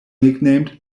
nicknamed